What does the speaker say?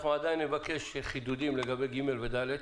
עדיין נבקש חידודים לגבי פסקאות משנה (ג) ו-(ד).